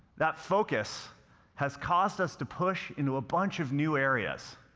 that focus has caused us to push into a bunch of new areas.